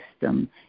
system